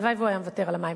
הלוואי שהוא יוותר על המים,